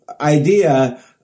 idea